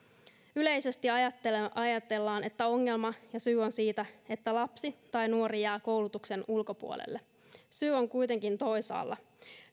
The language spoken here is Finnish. yleisesti ajatellaan että ongelma ja syy on siinä että lapsi tai nuori jää koulutuksen ulkopuolelle syy on kuitenkin toisaalla